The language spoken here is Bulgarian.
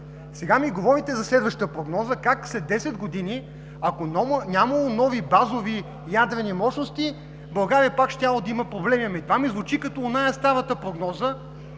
Сега ми говорите за следваща прогноза как след 10 години, ако нямало нови базови ядрени мощности, България пак щяла да има проблеми. Това ми звучи, като онази, старата прогноза,